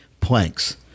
planks